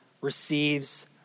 receives